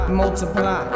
multiply